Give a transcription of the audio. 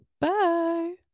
Bye